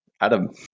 adam